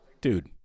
Dude